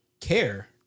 care